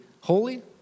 holy